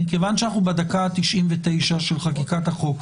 מכיוון שאנחנו בדקה ה-99 של חקיקת החוק,